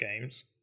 games